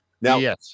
Now